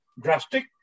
drastic